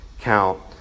count